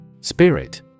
Spirit